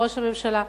לראש הממשלה: